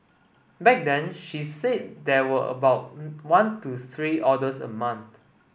back then she said there were about one to three orders a month